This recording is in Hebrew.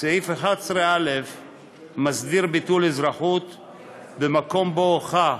לבטל את אזרחותו הישראלית